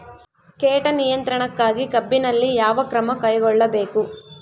ಕೇಟ ನಿಯಂತ್ರಣಕ್ಕಾಗಿ ಕಬ್ಬಿನಲ್ಲಿ ಯಾವ ಕ್ರಮ ಕೈಗೊಳ್ಳಬೇಕು?